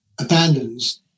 abandons